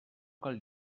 cal